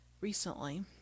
recently